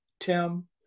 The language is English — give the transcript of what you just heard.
Tim